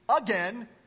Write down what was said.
again